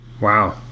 Wow